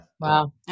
Wow